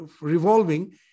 revolving